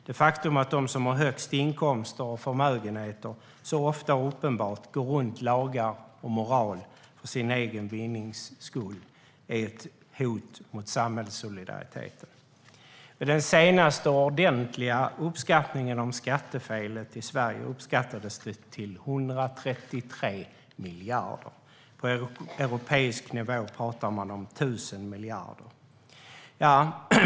Det faktum att de som har högst inkomster och förmögenheter så ofta och uppenbart går runt lagar och moral för sin egen vinnings skull är ett hot mot samhällssolidariteten. I den senaste ordentliga uppskattningen av skattefelet i Sverige uppskattades det till 133 miljarder. På europeisk nivå pratar man om 1 000 miljarder.